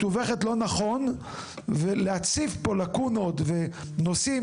מתווכת לא נכון ולהציף פה לקונות ונושאים